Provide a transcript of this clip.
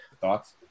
Thoughts